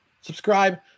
subscribe